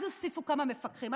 אז הוסיפו כמה מפקחים.